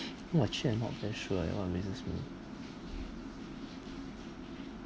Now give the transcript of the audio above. no actually I'm not that sure eh what amazes me